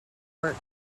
work